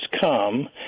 come